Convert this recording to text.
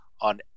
on